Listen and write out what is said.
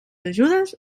ajudes